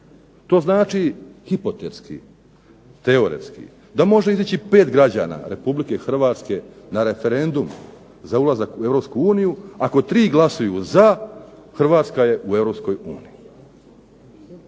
To znači hipotetski, teoretski da može izići pet građana Republike Hrvatske na referendum za ulazak u Europsku uniju ako tri glasuju za, Hrvatska je u